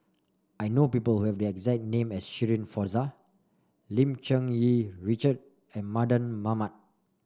I know people who have the exact name as Shirin Fozdar Lim Cherng Yih Richard and Mardan Mamat